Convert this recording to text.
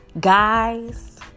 guys